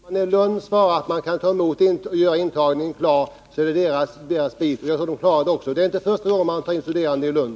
Herr talman! Jag anser verkligen att när ansvariga vid universitetet i Lund säger att de kan klara intagningen, är det deras sak. Jag tror man kommer att klara det också. Det är inte första gången man tar in studerande i Lund.